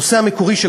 הנושא המקורי של